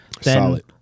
Solid